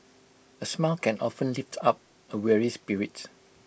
A smile can often lift up A weary spirit